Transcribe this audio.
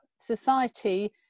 society